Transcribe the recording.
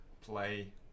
Play